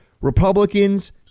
Republicans